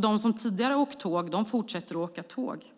De som tidigare har åkt tåg fortsätter att åka tåg.